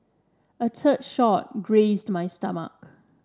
a third shot grazed my stomach